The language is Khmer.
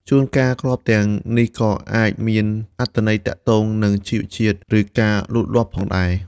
ជួនកាល គ្រាប់ទាំងនេះក៏អាចមានអត្ថន័យទាក់ទងនឹងជីជាតិ ឬការលូតលាស់ផងដែរ។